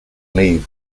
leave